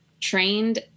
trained